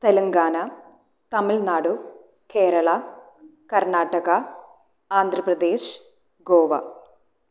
Telangana Tamil Nadu Kerala Karnataka Andhra Pradesh Goa